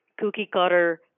cookie-cutter